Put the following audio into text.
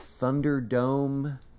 Thunderdome